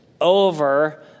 over